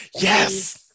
yes